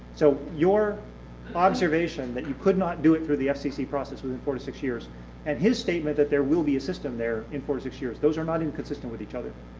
so your observation that you could not do it through the fcc process within four six years and his statement that there will be a system there in four six years, those are not inconsistent with each other.